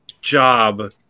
job